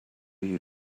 you